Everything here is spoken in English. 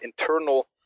internal